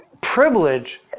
privilege